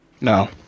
No